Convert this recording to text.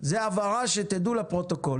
זו הבהרה, שתדעו לפרוטוקול.